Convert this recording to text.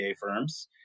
firms